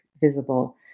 visible